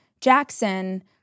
Jackson